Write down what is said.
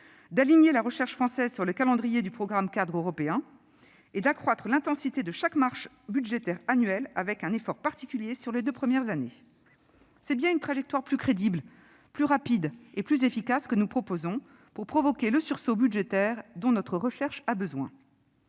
d'aligner la recherche française sur le calendrier du programme-cadre européen et d'accroître l'intensité de chaque marche budgétaire annuelle, un effort particulier étant consenti les deux premières années. C'est bien une trajectoire plus crédible, plus rapide et plus efficace que nous proposons pour provoquer le sursaut budgétaire dont notre recherche a besoin.